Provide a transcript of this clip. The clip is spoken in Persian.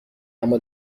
اما